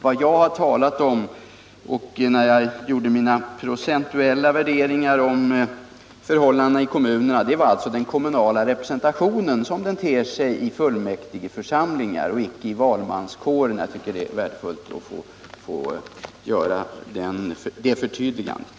Vad jag har talat om och vad jag avsåg när jag gjorde mina procentuella värderingar om förhållandena i kommunerna var alltså den kommunala representationen som den ter sig i fullmäktigeförsamlingar och icke i valmanskåren. Jag anser att det är värdefullt att få göra det förtydligandet.